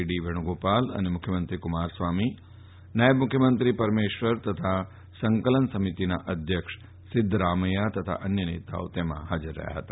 D Venugopal અને મુખ્યમંત્રી Kumaraswamy નાયબ મુખ્યમંત્રી પરમેશ્વર અને સંકલન સમિતિના અધ્યક્ષ સિધ્ધરામૈયાફ તથા અન્ય નેતાઓ તેમાં ફાજર રહ્યા ફતા